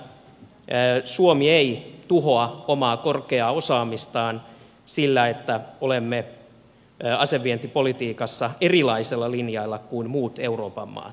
toivon että suomi ei tuhoa omaa korkeaa osaamistaan sillä että olemme asevientipolitiikassa erilaisella linjalla kuin muut euroopan maat